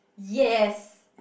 yes